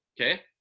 Okay